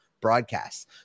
broadcasts